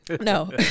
no